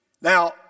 Now